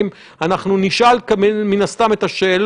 קיבלנו את העבודה שמשרד הבריאות עשה בנושא הזה.